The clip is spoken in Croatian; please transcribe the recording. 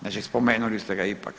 Znači spomenuli ste ga ipak.